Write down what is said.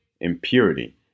impurity